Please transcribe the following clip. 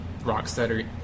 Rocksteady